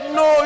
no